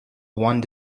one